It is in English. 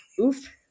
oof